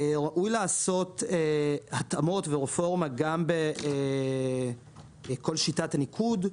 ראוי לעשות התאמות ורפורמה גם בכל שיטת הניקוד,